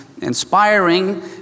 inspiring